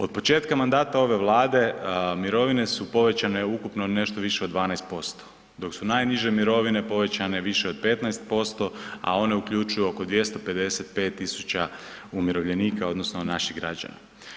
Od početka mandata ove Vlade mirovine su povećane ukupno nešto više od 12% dok su najniže mirovine povećanje više od 15%, a one uključuju oko 255.000 umirovljenika odnosno naših građana.